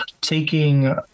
taking